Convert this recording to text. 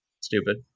Stupid